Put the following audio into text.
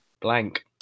Blank